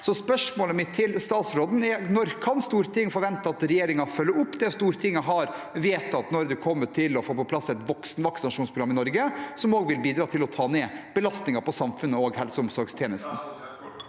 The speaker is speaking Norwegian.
spørsmålet mitt til statsråden er: Når kan Stortinget forvente at regjeringen følger opp det Stortinget har vedtatt når det gjelder å få på plass et voksenvaksinasjonsprogram i Norge, som også vil bidra til å ta ned belastningen på samfunnet og på helse- og omsorgstjenestene?